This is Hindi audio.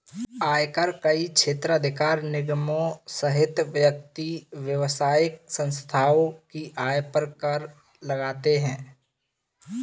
आयकर कई क्षेत्राधिकार निगमों सहित व्यक्तियों, व्यावसायिक संस्थाओं की आय पर कर लगाते हैं